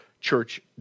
church